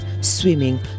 swimming